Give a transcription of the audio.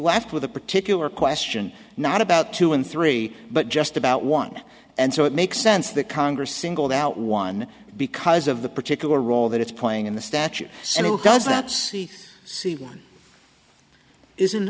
left with a particular question not about two and three but just about one and so it makes sense the congress singled out one because of the particular role that it's playing in the statute so does that see see one isn't